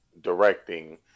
directing